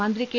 മന്ത്രി കെ